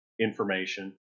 information